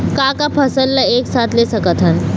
का का फसल ला एक साथ ले सकत हन?